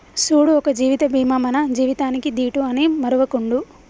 సూడు ఒక జీవిత బీమా మన జీవితానికీ దీటు అని మరువకుండు